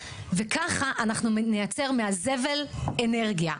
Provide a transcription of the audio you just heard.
וככה אנחנו נייצר מהזבל אנרגיה.